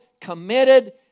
committed